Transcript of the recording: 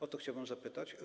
O to chciałbym zapytać.